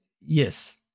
Yes